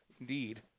Indeed